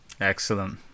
Excellent